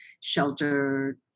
shelter